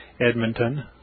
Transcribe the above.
Edmonton